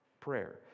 prayer